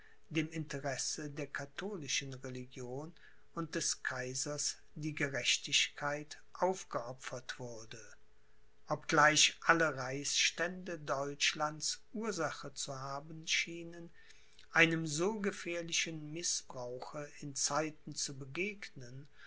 dem interesse der katholischen religion und des kaisers die gerechtigkeit aufgeopfert wurde obgleich alle reichsstände deutschlands ursache zu haben schienen einem so gefährlichen mißbrauche in zeiten zu begegnen